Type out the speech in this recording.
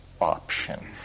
option